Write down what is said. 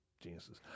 geniuses